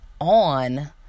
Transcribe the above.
on